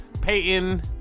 Peyton